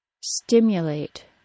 stimulate